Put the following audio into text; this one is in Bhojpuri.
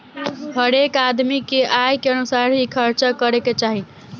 हरेक आदमी के आय के अनुसार ही खर्चा करे के चाही